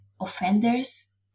offenders